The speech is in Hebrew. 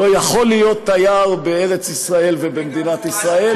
לא יכול להיות תייר בארץ-ישראל ובמדינת ישראל.